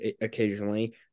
occasionally